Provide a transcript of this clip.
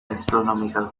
astronomical